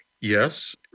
Yes